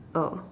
oh